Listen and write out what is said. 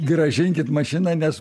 grąžinkit mašiną nes